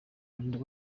melodie